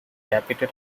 capital